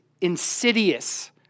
insidious